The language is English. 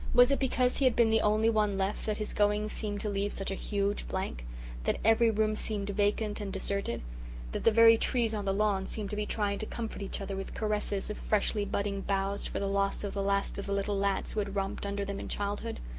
was it because he had been the only one left that his going seemed to leave such a huge blank that every room seemed vacant and deserted that the very trees on the lawn seemed to be trying to comfort each other with caresses of freshly-budding boughs for the loss of the last of the little lads who had romped under them in childhood?